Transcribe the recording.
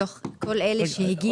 מתוך כל אלה שהגישו,